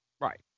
Right